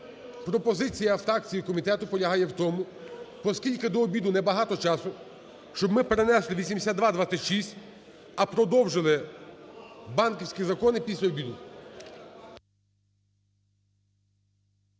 Пропозиція фракцій і комітету полягає в тому, поскільки до обіду небагато часу, щоб ми перенесли 8226, а продовжили банківські закони після обіду.